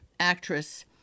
actress